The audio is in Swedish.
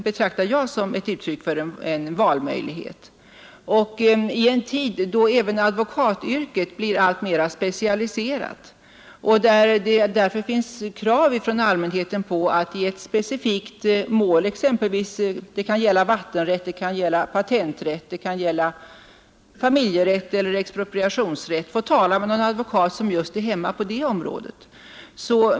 I en tid då även advokatyrket blir alltmera specialiserat ställer allmänheten krav på att i ett specifikt mål — det kan gälla vattenrätt, patenträtt, familjerätt eller expropriationsrätt — få tala med någon advokat som är hemma på just det området.